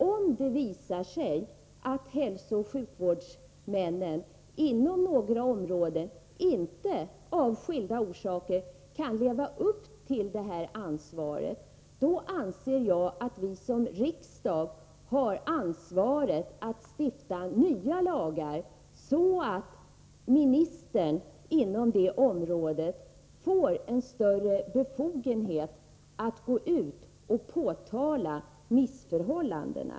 Om det visar sig att hälsooch sjukvårdshuvudmännen av skilda orsaker inte kan leva upp till detta ansvar på en del områden, anser jag att vi i riksdagen måste ha ansvaret för att stifta nya lagar, så att den berörda ministern får en större befogenhet att gå ut och påtala missförhållanden.